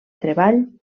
treball